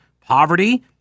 poverty